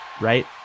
right